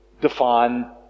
define